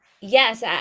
yes